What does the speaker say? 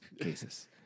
cases